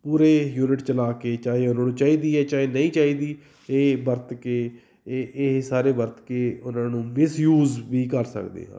ਪੂਰੇ ਯੂਨਿਟ ਚਲਾ ਕੇ ਚਾਹੇ ਉਹਨਾਂ ਨੂੰ ਚਾਹੀਦੀ ਹੈ ਚਾਹੇ ਨਹੀਂ ਚਾਹੀਦੀ ਇਹ ਵਰਤ ਕੇ ਇਹ ਇਹ ਸਾਰੇ ਵਰਤ ਕੇ ਉਹਨਾਂ ਨੂੰ ਮਿਸਯੂਜ਼ ਵੀ ਕਰ ਸਕਦੇ ਹਨ